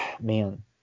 man